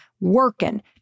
working